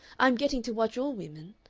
i am getting to watch all women.